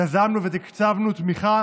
יזמנו ותקצבנו תמיכה